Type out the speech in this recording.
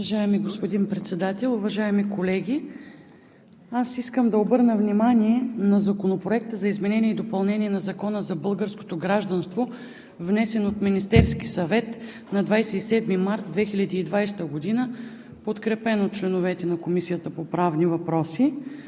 Уважаеми господин Председател, уважаеми колеги! Аз искам да обърна внимание на Законопроекта за изменение и допълнение на Закона за българското гражданство, внесен от Министерския съвет на 27 март 2020 г., подкрепен от членовете на Комисията по правни въпроси.